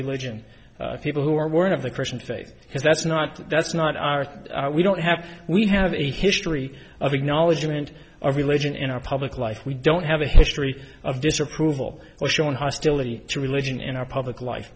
religion people who are born of the christian faith because that's not that's not our we don't have we have a history of acknowledgement of religion in our public life we don't have a history of disapproval shown hostility to religion in our public life